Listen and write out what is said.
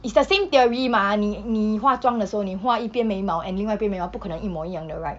it's the same theory 吗你你化妆的时候你画一边眉毛 and 另外一边眉毛不可能一模一样的 right